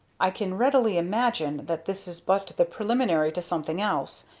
i can readily imagine that this is but the preliminary to something else,